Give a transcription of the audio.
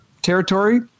territory